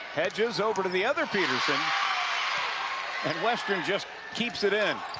hedges over to the other petersen and western just keeps it in.